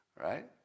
right